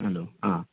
hello ꯑꯥ